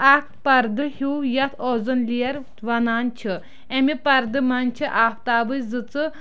اکھ پَرٕ ہیوٗ یتھ اوزوٗن لیر وَنان چھِ امہِ پَرٕ منٛز چھ آفتابٕچ زٕژٕ